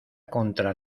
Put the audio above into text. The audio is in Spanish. contra